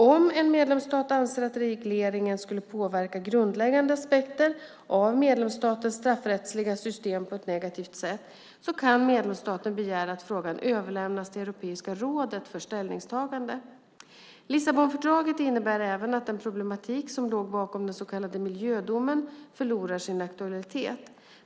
Om en medlemsstat anser att regleringen skulle påverka grundläggande aspekter av medlemsstatens straffrättsliga system på ett negativt sätt kan medlemsstaten begära att frågan överlämnas till Europeiska rådet för ställningstagande. Lissabonfördraget innebär även att den problematik som låg bakom den så kallade miljödomen förlorar sin aktualitet.